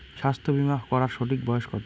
স্বাস্থ্য বীমা করার সঠিক বয়স কত?